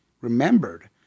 remembered